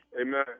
Amen